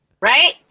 right